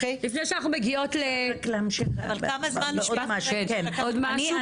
לפני שאנחנו מגיעות --- אני רוצה להגיד עוד משהו,